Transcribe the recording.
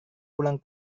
pulang